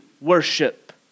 worship